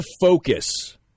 focus